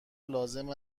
لازم